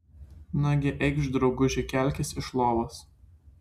nagi eikš drauguži kelkis iš lovos